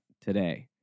today